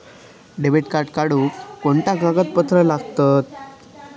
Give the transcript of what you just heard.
Debit card काढुक कोणते कागदपत्र लागतत?